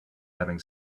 having